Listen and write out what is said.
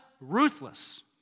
ruthless